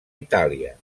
itàlia